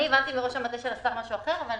אני הבנתי מראש המטה של השר משהו אחר.